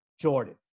Jordan